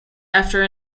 after